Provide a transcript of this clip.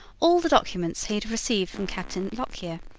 all the documents he had received from captain lockyer,